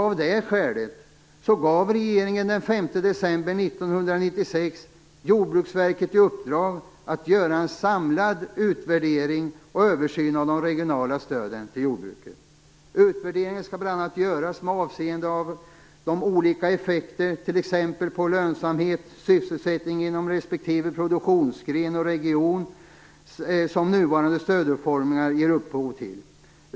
Av det skälet gav regeringen den 5 december 1996 Jordbruksverket i uppdrag att göra en samlad utvärdering och översyn av de regionala stöden till jordbruket. Utvärderingen skall bl.a. göras med avseende på de olika effekter, t.ex. på lönsamhet och sysselsättning inom respektive produktionsgren och region, som nuvarande stödutformningar ger upphov till.